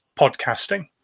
podcasting